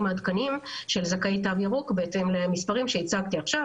העדכניים של זכאי תו ירוק בהתאם למספרים שהצגתי עכשיו.